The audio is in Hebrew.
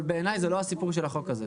אבל בעיניי זה לא הסיפור של החוק הזה.